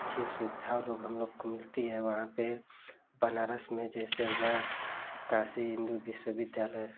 अच्छी सुविधा वहाँ हमलोग को मिलती है वहाँ पर बनारस में जैसे हुआ काशी हिन्दू विश्वविद्यालय